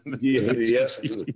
Yes